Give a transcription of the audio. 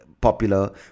popular